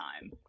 time